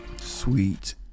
Sweet